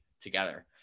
together